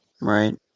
Right